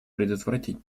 предотвратить